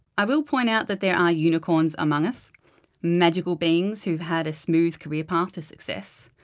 i will point out that there are unicorns among us magical beings who've had a smooth career path to success.